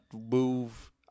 move